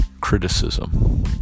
Criticism